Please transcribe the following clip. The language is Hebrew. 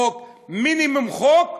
חוק שהוא מינימום חוק,